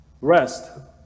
rest